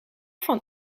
van